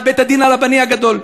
בית-הדין הרבני הגדול.